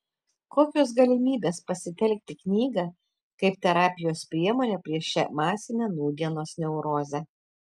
kokios galimybės pasitelkti knygą kaip terapijos priemonę prieš šią masinę nūdienos neurozę